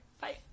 Bye